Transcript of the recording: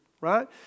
right